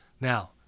Now